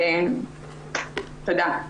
תודה.